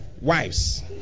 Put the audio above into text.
wives